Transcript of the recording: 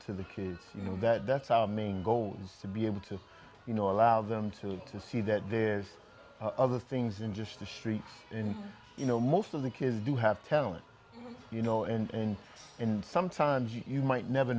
to the kids you know that that's our main goal is to be able to you know allow them to to see that there's other things in just the streets in you know most of the kids do have talent you know in some times you might never